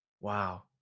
Wow